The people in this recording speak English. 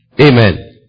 Amen